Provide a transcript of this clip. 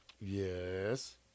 Yes